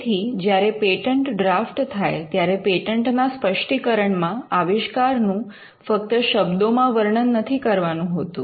તેથી જ્યારે patent draft થાય ત્યારે પેટન્ટના સ્પષ્ટીકરણ માં આવિષ્કારનું ફક્ત શબ્દોમાં વર્ણન નથી કરવાનું હોતું